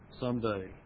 someday